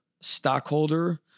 stockholder